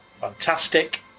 fantastic